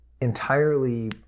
entirely